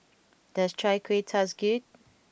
does Chai Kueh taste good